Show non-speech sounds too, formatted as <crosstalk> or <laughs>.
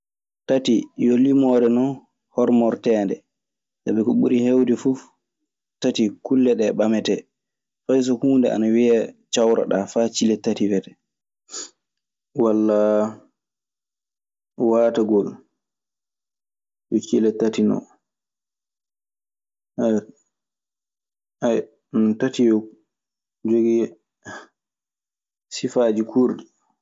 Tati, yo liimoore non, hormorteende. Sabi ko ɓuri heewde fuf tati kulle ɗee ɓametee. Fay so huunde an wiyee cawreɗaa faa cile tati wiyetee. Walla waatagol, ɗun cile tati non. <hesitation> Tati yo jogii <laughs> sifaaji kuurɗi.